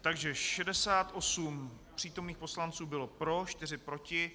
Takže 68 přítomných poslanců bylo pro, 4 proti.